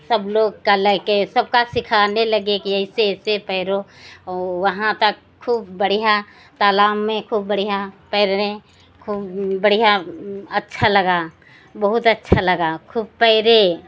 सब लोग को लेकर सबको सिखाने लगे कि ऐसे ऐसे तैरो और वहाँ तक खूब बढ़ियाँ तालाब में खूब बढ़ियाँ तैरने खूब बढ़ियाँ अच्छा लगा बहुत अच्छा लगा खूब तैरे